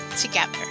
together